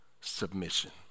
submission